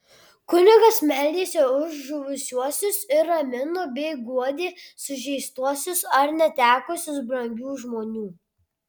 kunigas meldėsi už žuvusiuosius ir ramino bei guodė sužeistuosius ar netekusius brangių žmonių